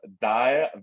Die